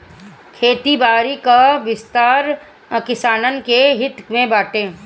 खेती बारी कअ विस्तार किसानन के हित में बाटे